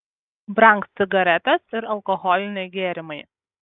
brangs cigaretės ir alkoholiniai gėrimai